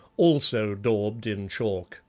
also daubed in chalk.